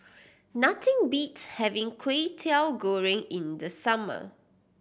nothing beats having Kway Teow Goreng in the summer